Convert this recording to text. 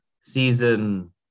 season